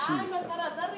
Jesus